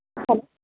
hello